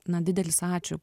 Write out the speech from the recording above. na didelis ačiū